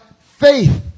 faith